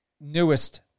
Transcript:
newest